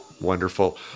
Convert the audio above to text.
wonderful